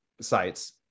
sites